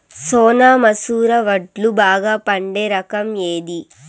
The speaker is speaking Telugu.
సోనా మసూర వడ్లు బాగా పండే రకం ఏది